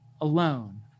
alone